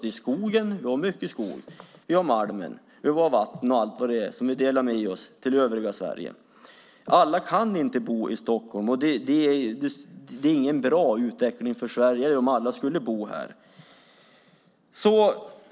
Vi har skogen, mycket malm, vatten och allt vad det är som vi delar med oss av till övriga Sverige. Alla kan inte bo i Stockholm. Det är ingen bra utveckling för Sverige om alla skulle bo här.